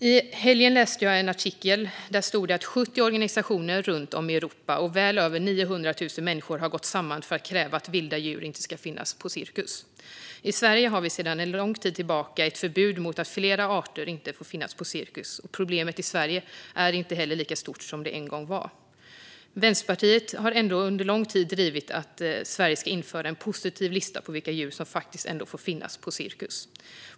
I helgen läste jag en artikel där det stod att 70 organisationer runt om i Europa och väl över 900 000 människor har gått samman för att kräva att vilda djur inte ska få finnas på cirkus. I Sverige har vi sedan en lång tid tillbaka ett förbud som innebär att flera arter inte får finnas på cirkus, och problemet i Sverige är inte heller lika stort som det en gång var. Vänsterpartiet har ändå under en lång tid drivit att Sverige ska införa en positiv lista på vilka djur som faktiskt ändå får finnas på cirkus.